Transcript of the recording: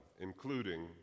including